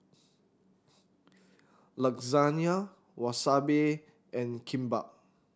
Lasagna Wasabi and Kimbap